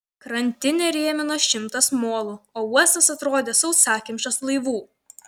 krantinę rėmino šimtas molų o uostas atrodė sausakimšas laivų